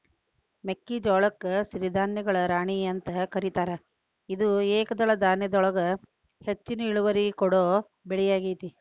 ಮೆಕ್ಕಿಜೋಳಕ್ಕ ಸಿರಿಧಾನ್ಯಗಳ ರಾಣಿ ಅಂತ ಕರೇತಾರ, ಇದು ಏಕದಳ ಧಾನ್ಯದೊಳಗ ಹೆಚ್ಚಿನ ಇಳುವರಿ ಕೊಡೋ ಬೆಳಿಯಾಗೇತಿ